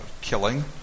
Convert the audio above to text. killing